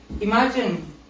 Imagine